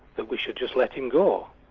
that we should just let him go.